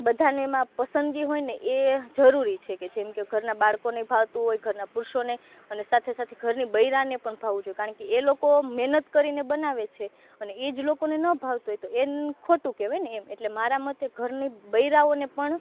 બધાની એમાં પસંદગી હોયને એ જરૂરી છે જેમકે ઘરના બાળકોને ભાવતું હોય ઘરના પુરુષોને અને સાથે સાથે ઘરના બૈરાને પણ ભાવવું જોઈએ કારણકે એ લોકો મહેનત કરીને બનાવે છે અને એ જ લોકોને ન ભાવતું હોય તો એન ખોટું કહેવાયને એમ એટલે મારા મતે ઘરની બૈરાઓને પણ